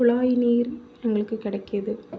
குழாய் நீர் உங்களுக்கு கிடைக்கிது